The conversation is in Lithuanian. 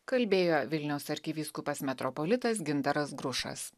kalbėjo vilniaus arkivyskupas metropolitas gintaras grušas